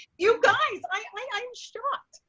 you guys, i am shocked.